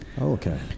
okay